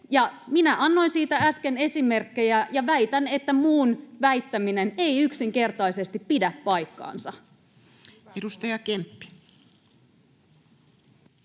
Minä annoin siitä äsken esimerkkejä, ja väitän, että muun väittäminen ei yksinkertaisesti pidä paikkaansa. Edustaja Kemppi.